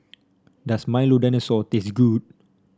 does Milo Dinosaur taste good